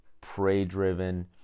prey-driven